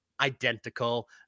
identical